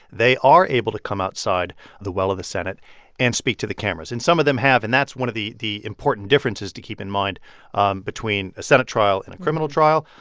they are able to come outside the well of the senate and speak to the cameras. and some of them have, and that's one of the the important differences to keep in mind um between a senate trial and a criminal trial.